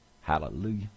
Hallelujah